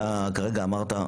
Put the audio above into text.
אתה כרגע אמרת: